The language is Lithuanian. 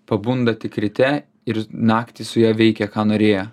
pabunda tik ryte ir naktį su ja veikė ką norėjo